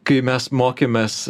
kai mes mokėmės